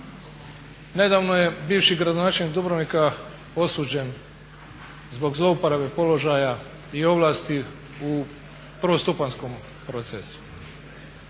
Nedavno je bivši gradonačelnika Dubrovnika osuđen zbog zlouporabe položaja i ovlasti u prvostupanjskom procesu.